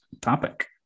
topic